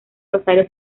rosario